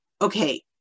Okay